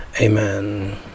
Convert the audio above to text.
Amen